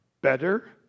better